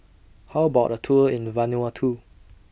How about A Tour in Vanuatu